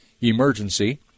emergency